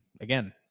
again